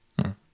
-hmm